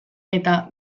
eta